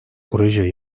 proje